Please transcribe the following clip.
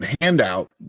handout